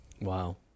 Wow